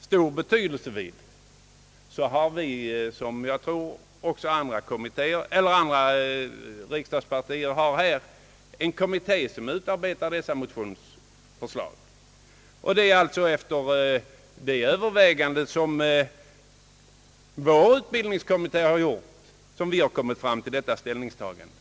stor vikt vid, så har väl alla riksdagspartier kommittéer som utarbetar motionsförslag. Det är alltså efter de överväganden som vår utbildningskommitté gjort som vi här kommit fram till ett ställningstagande.